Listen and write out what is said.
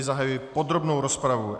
Zahajuji tedy podrobnou rozpravu.